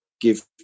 give